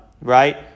right